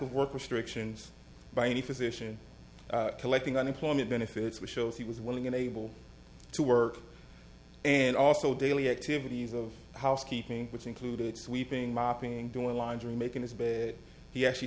of work restrictions by any physician collecting unemployment benefits which shows he was willing and able to work and also daily activities of housekeeping which included sweeping mopping doing laundry making this bit he actually